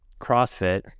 crossfit